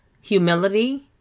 humility